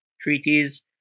treaties